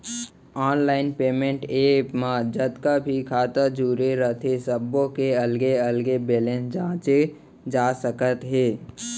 online payment app म जतका भी खाता जुरे रथे सब्बो के अलगे अलगे बेलेंस जांचे जा सकत हे